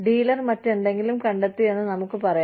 dealer മറ്റെന്തെങ്കിലും കണ്ടെത്തിയെന്ന് നമുക്ക് പറയാം